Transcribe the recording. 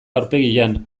aurpegian